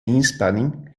inspanning